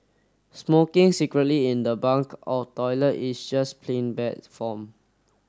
smoking secretly in the bunk or toilet is just plain bad form